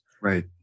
Right